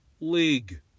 League